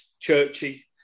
Churchy